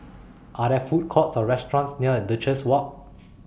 Are There Food Courts Or restaurants near Duchess Walk